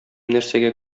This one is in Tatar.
нәрсәгә